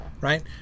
right